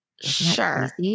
Sure